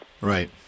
Right